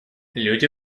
люди